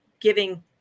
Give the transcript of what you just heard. giving